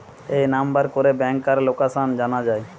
এই নাম্বার করে ব্যাংকার লোকাসান জানা যায়